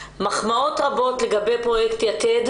מחמאות רבות לגבי פרויקט "יתד",